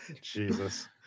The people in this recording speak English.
Jesus